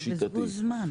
זה בזבוז זמן.